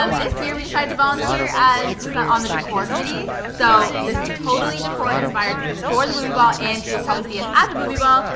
um this year we decided to volunteer as some on the decor committee, so, this is totally decor inspired for the booby ball, and you'll probably see it at the booby ball,